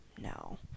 No